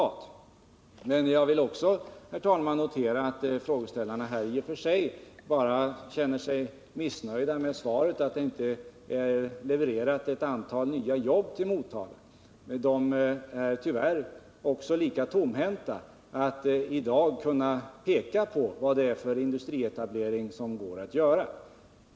att förbättra sysselsättningen i Motala att förbättra sysselsättningen i Motala Jag vill också, herr talman, notera att frågeställarna i och för sig bara känner sig missnöjda med svaret därför att de inte levererar ett antal nya jobb till Motala. De är tyvärr också lika tomhänta när det gäller att kunna peka på vilka industrietableringar som går att göra.